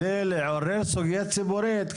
על מנת לעורר סוגיה ציבורית,